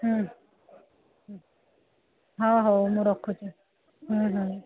ହୁଁ ହଉ ହଉ ମୁଁ ରଖୁଛି ହୁଁ ହୁଁ